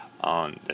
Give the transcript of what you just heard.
on